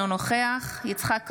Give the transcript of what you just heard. אינו נוכח יצחק קרויזר,